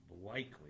likely